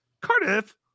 Cardiff